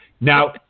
Now